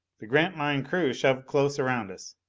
the grantline crew shoved close around us.